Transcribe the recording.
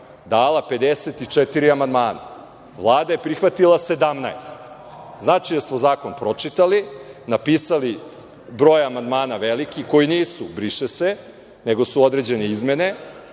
54 amandmana, Vlada je prihvatila 17. Znači da smo zakon pročitali, napisali veliki broj amandmana koji nisu „briše se“, nego su određene izmene